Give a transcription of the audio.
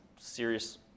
serious